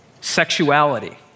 sexuality